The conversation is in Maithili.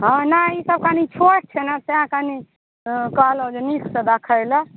हँ नहि ईसभ कनी छोट छै ने तैँ कनी कहलहुँ जे नीकसँ देखय लेल